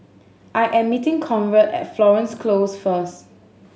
I am meeting Conrad at Florence Close first